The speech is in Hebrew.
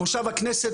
מושב הכנסת,